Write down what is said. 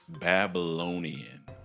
Babylonian